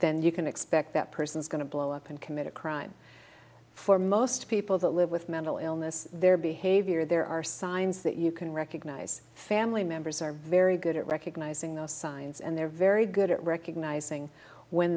then you can expect that person is going to blow up and commit a crime for most people that live with mental illness their behavior there are signs that you can recognize family members are very good at recognizing those signs and they're very good at recognizing when